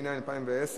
התש"ע 2010,